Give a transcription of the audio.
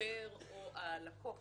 השוטר או הלקוח.